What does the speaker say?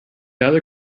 other